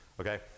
okay